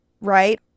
right